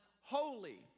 holy